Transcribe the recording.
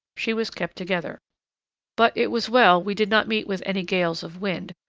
she was kept together but it was well we did not meet with any gales of wind,